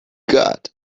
got